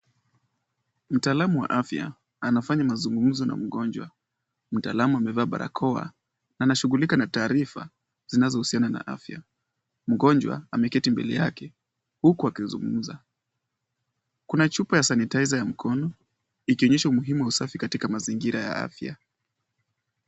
Mtaalamu wa afya anafanya mazungumzo na mgonjwa, mtaalamu amevaa barakoa na anashughulika na taarifa zinazohusiana na afya. Mgonjwa ameketi mbele yake huku akizungumza. Kuna chupa ya sanitizer ya mkono ikionyesha umuhimu wa usafi katika mazingira ya afya.